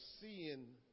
seeing